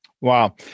Wow